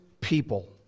people